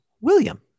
William